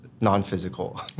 non-physical